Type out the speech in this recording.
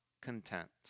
content